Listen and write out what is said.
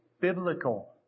biblical